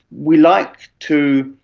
we like to,